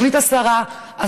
תחליט השרה,